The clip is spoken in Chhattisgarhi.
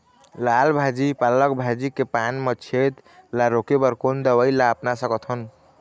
लाल भाजी पालक भाजी के पान मा छेद ला रोके बर कोन दवई ला अपना सकथन?